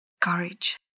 Courage